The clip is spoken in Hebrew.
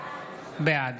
בעד